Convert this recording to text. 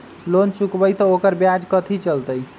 Loan चुकबई त ओकर ब्याज कथि चलतई?